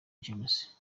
james